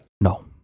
No